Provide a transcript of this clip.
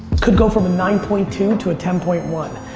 could go from a nine point two to a ten point one.